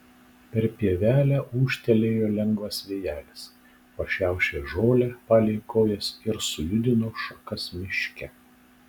per pievelę ūžtelėjo lengvas vėjelis pašiaušė žolę palei kojas ir sujudino šakas miške